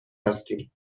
هستیم